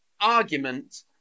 argument